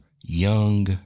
young